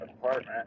apartment